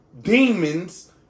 demons